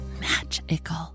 magical